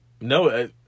No